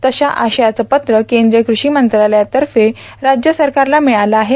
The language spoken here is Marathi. तशा आशयाचे पत्र केंद्रीय कृषी मंत्रालयातर्फे राज्य सरकारला मिळाले आहे